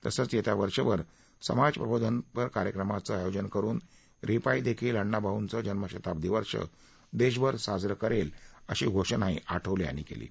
तसंच येत्या वर्षभर समाजप्रबोधनपर कार्यक्रमांचं आयोजन करून रिपाइंदेखील अण्णभाऊचं जनशताब्दी वर्ष देशभर साजरं करेल आहे अशी घोषणाही आठवले यांनी केली आहे